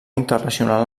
internacional